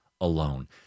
alone